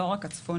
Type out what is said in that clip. לא רק הצפוניים.